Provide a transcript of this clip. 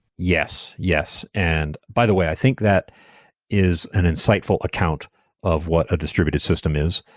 yes. yes. and by the way, i think that is an insightful account of what a distributed system is.